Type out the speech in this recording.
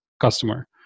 customer